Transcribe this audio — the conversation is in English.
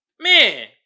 Man